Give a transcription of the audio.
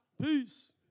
Peace